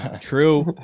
True